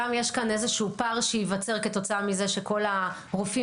גם יש כאן איזשהו פער שייווצר מזה שכל הרופאים